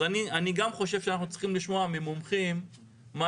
אז אני גם חושב שאנחנו צריכים לשמוע ממומחים מה